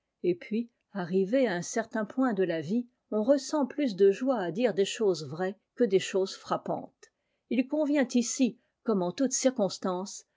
et puis arrivé à un certain point de la vie on ressent plus de joie à dire des choses vraies que des choses frappantes il convient ici comme en toute circonstance